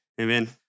Amen